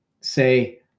Say